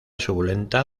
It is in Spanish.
suculenta